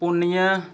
ᱯᱩᱱᱤᱭᱟᱹ